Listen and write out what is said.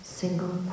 single